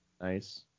Nice